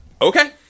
Okay